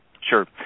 Sure